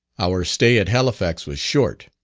our stay at halifax was short.